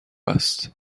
است